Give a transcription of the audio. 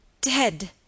Dead